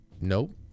nope